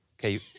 Okay